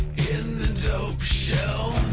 the dope show